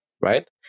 Right